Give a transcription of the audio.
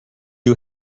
you